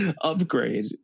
Upgrade